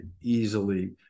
easily